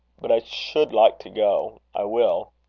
but i should like to go. i will.